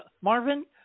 Marvin